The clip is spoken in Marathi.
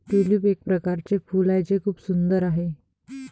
ट्यूलिप एक प्रकारचे फूल आहे जे खूप सुंदर आहे